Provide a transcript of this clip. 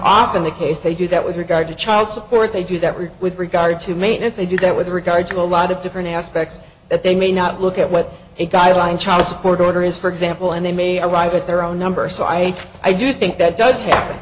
often the case they do that with regard to child support they do that we with regard to maine if they do that with regard to a lot of different aspects that they may not look at what a guideline child support order is for example and they may arrive at their own number so i i do think that does happen